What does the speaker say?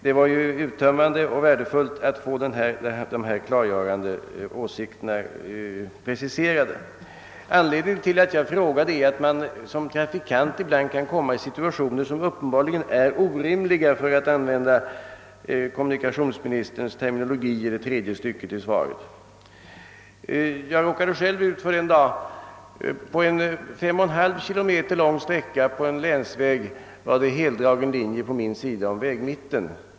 Det var ju värdefullt att dessa klargörande åsikter framfördes. Anledningen till min fråga är den att man som trafikant ibland kan komma i situationer som uppenbarligen är orimliga, för att använda kommunikationsministerns terminologi i tredje stycket i svaret. Själv råkade jag en dag ut för att det på en 5!/2 km lång sträcka på en länsväg fanns en heldragen linje på min sida om vägmitten.